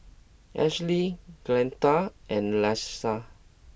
Ashleigh Glenda and Leesa